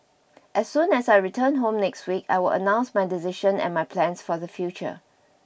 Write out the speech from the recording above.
as soon as I return home next week I will announce my decision and my plans for the future